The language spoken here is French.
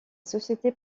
société